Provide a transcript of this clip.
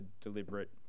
deliberate